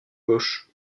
gauche